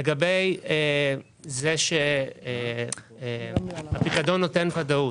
לגבי זה שהפיקדון נותן ודאות